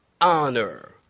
honor